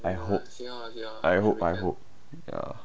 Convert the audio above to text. I hope I hope I hope ya